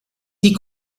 die